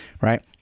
right